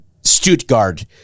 Stuttgart